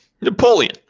Napoleon